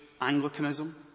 Anglicanism